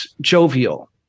jovial